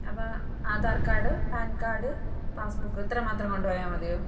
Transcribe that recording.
അപ്പം Aadhaar card PAN card passbook ഇത്രമാത്രം കൊണ്ടുപോയാൽ മതിയോ